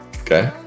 okay